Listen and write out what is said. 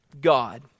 God